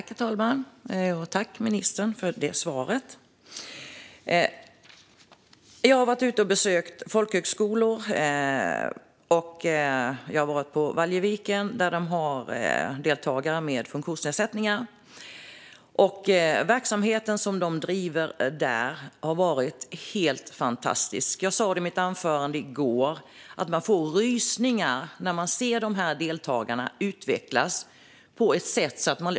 Herr talman! Tack, ministern, för svaret! Jag har varit ute och besökt folkhögskolor. Jag har varit på Valjeviken, där de har deltagare med funktionsnedsättningar. Verksamheten som de driver där har varit helt fantastisk. Jag sa i mitt anförande i går att man får rysningar när man ser deltagarna utvecklas.